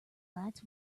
lights